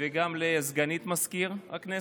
וגם לסגנית מזכיר הכנסת.